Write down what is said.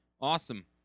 Awesome